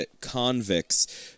convicts